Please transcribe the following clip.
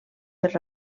per